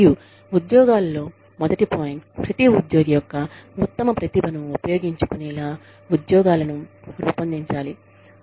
మరియు ఉద్యోగాలు లో మొదటి పాయింట్ ప్రతి ఉద్యోగి యొక్క ఉత్తమ ప్రతిభను ఉపయోగించుకునేలా ఉద్యోగాలను రూపొందించాలి